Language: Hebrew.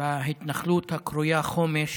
בהתנחלות הקרויה חומש,